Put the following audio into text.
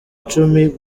icumi